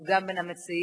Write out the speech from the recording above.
שהוא גם בין המציעים,